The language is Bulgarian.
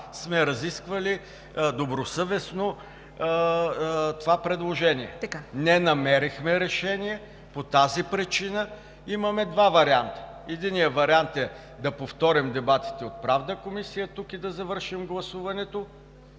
сме разисквали добросъвестно това предложение. Не намерихме решение и по тази причина имаме два варианта: единият вариант е да повторим дебатите от Правната комисия тук и да завършим гласуването,